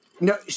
no